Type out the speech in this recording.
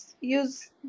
use